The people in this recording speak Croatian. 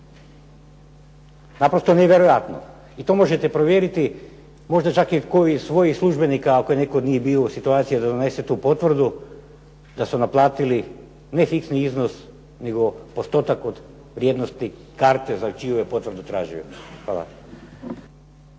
Naprosto nevjerojatno. I to možete provjeriti možda čak i kod svojih službenika ako je netko od njih bio u situaciji da donese tu potvrdu da su naplatili ne fiksni iznos nego postotak od vrijednosti karte za čiju je potvrdu tražio. Hvala.